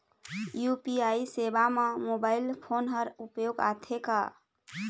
UPI सेवा म mobile phone हर उपयोग आथे का?